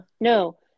no